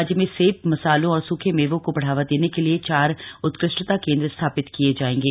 राज्य में सेब मसालों और सुखे मेवों को बढ़ावा देने के लिए चार उत्कृष्टता केंद्र स्थापित किया जायेगा